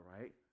right